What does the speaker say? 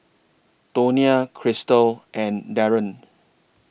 Tonia Krystal and Darren